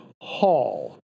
Hall